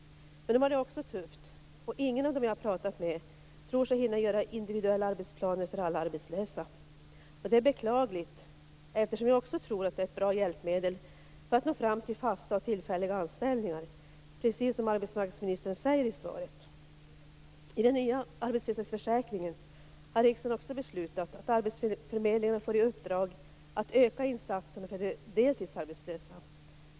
Men de har det också tufft. Ingen av dem jag har pratat med tror sig hinna göra individuella arbetsplaner för alla arbetslösa. Det är beklagligt eftersom jag också tror att det är ett bra hjälpmedel för att nå fram till fasta och tillfälliga anställningar, precis som arbetsmarknadsministern säger i svaret. Enligt den nya arbetslöshetsförsäkringen har riksdagen också beslutat att arbetsförmedlingarna får i uppdrag att öka insatserna för deltidsarbetslösa.